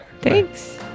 Thanks